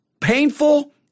painful